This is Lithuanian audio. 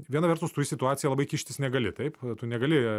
viena vertus tu į situaciją labai kištis negali taip tu negali